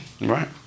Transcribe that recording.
Right